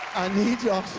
need y'all